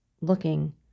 looking